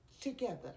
together